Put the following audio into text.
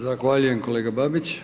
Zahvaljujem kolega Babić.